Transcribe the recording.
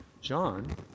John